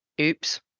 oops